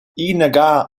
inaga